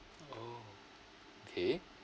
oh okay